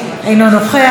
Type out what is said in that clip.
אינה נוכחת,